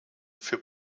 für